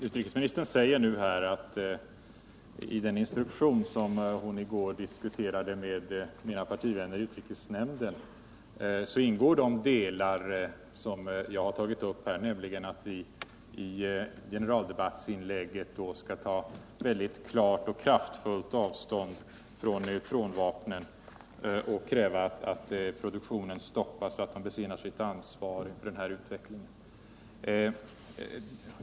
Herr talman! Utrikesministern säger att i den instruktion som hon i går diskuterade med mina partivänner i utrikesnämnden ingår de delar som jag här har tagit upp, nämligen att vi i generaldebattsinlägget skall ta klart och kraftfullt avstånd från neutronvapnen och kräva att produktionen stoppas samt att man besinnar sitt ansvar inför utvecklingen.